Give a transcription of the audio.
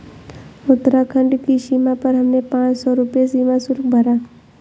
उत्तराखंड की सीमा पर हमने पांच सौ रुपए सीमा शुल्क भरा